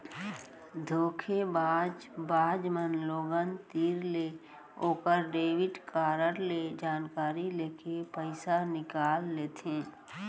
धोखेबाज बाज मन लोगन तीर ले ओकर डेबिट कारड ले जानकारी लेके पइसा निकाल लेथें